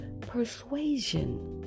persuasion